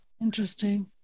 Interesting